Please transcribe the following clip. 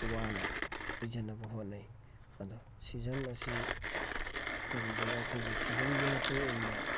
ꯋꯥꯅ ꯄꯤꯖꯅꯕ ꯍꯣꯠꯅꯩ ꯑꯗꯣ ꯁꯤꯖꯟ ꯑꯁꯤ ꯀꯔꯤꯒꯨꯝꯕ ꯑꯩꯈꯣꯏꯒꯤ ꯁꯤꯖꯟꯒꯤ ꯃꯇꯨꯡ ꯏꯟꯅ